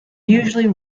usually